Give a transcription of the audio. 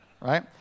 Right